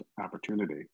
opportunity